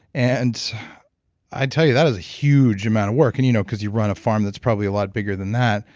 and i'd tell you, that is a huge amount of work, and you know because you run a farm that's probably a lot bigger than that.